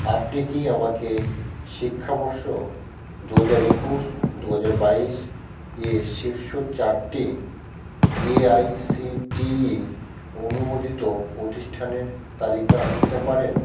আপনি কি আমাকে শিক্ষাবষ্য দু হাজার একুশ দু হাজার বাইশ এ শীর্ষ চারটি এআইসিটিই অনুমোদিত প্রতিষ্ঠানের তালিকা দিতে পারেন